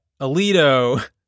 alito